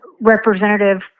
Representative